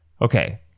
okay